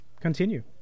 continue